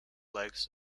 legs